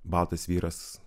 baltas vyras